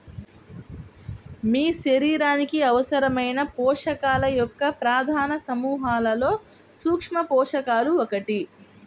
మీ శరీరానికి అవసరమైన పోషకాల యొక్క ప్రధాన సమూహాలలో సూక్ష్మపోషకాలు ఒకటి